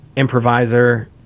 improviser